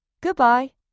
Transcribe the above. Goodbye